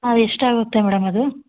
ಹಾಂ ಎಷ್ಟಾಗುತ್ತೆ ಮೇಡಮ್ ಅದು